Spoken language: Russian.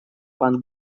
пан